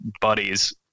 buddies